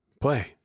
Play